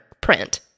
print